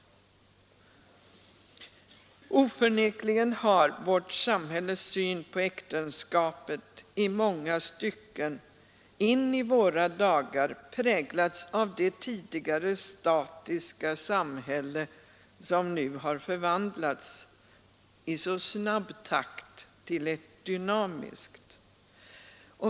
Oförnekligen har vårt samhälles syn på äktenskapet i många stycken in åra dagar präglats av det tidigare statiska samhälle, som nu har förvandlats i så snabb takt till ett dynamiskt.